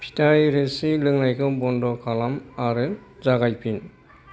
फिथाइ रोसि लोंनायखौ बन्द' खालाम आरो जागायफिन